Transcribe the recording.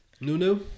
Nunu